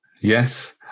Yes